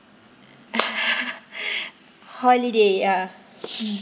holiday ya mm